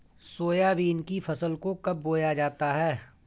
Soybean की फसल को कब बोया जाता है?